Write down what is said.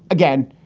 again,